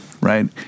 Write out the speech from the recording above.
right